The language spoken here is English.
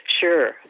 Sure